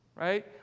Right